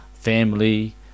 family